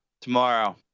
Tomorrow